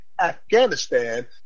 Afghanistan